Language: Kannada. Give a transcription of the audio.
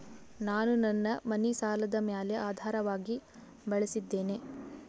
ನಾನು ನನ್ನ ಮನಿ ಸಾಲದ ಮ್ಯಾಲ ಆಧಾರವಾಗಿ ಬಳಸಿದ್ದೇನೆ